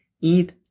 eat